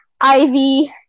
ivy